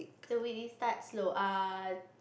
so we did start slow err